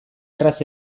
erraz